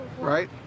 right